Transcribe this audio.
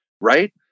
right